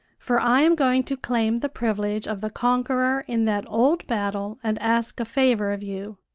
for i am going to claim the privilege of the conqueror in that old battle and ask a favor of you.